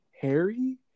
Harry